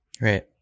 Right